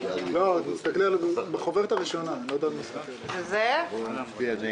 בואו נצביע נגד.